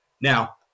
now